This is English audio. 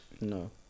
No